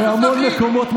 בהמון מקומות,